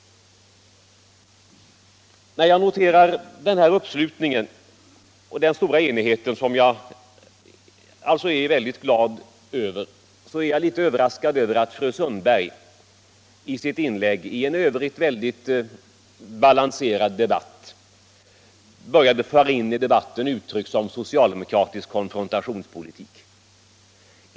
När jag noterar den uppslutning och stora enighet som förelegat, och som jag är mycket glad över, blev jag litet överraskad över att fru Sundberg i sitt inlägg i en i övrigt mycket balanserad debatt förde in uttryck som socialdemokratisk konfrontationspolitik.